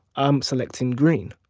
i'm selecting green.